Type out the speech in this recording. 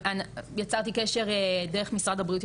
יצרתי קשר דרך משרד הבריאות,